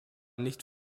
nicht